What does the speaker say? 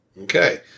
Okay